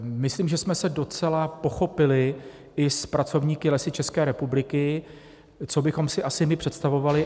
Myslím, že jsme se docela pochopili i s pracovníky Lesů České republiky, co bychom si asi my představovali.